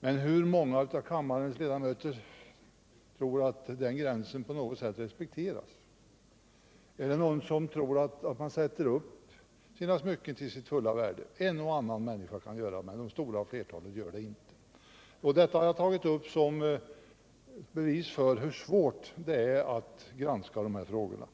Men hur många av kammarens ledamöter tror att den gränsen på något sätt respekteras? Är det någon som tror att man sätter upp sina smycken till fulla värdet? En och annan person kan göra det, men det stora flertalet gör det inte. Detta har jag tagit upp som ett bevis för hur svårt det är att granska sådana här frågor.